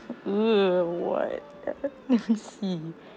err what see